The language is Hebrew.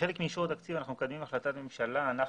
כחלק מאישור התקציב אנחנו מקדמים החלטת ממשלה - אנחנו,